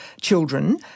children